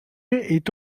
est